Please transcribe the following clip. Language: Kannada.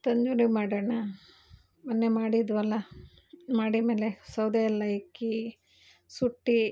ತಂದೂರಿ ಮಾಡೋಣ ಮೊನ್ನೆ ಮಾಡಿದ್ವಲ್ಲ ಮಹಡಿ ಮೇಲೆ ಸೌದೆ ಎಲ್ಲ ಇಕ್ಕಿ ಸುಟ್ಟು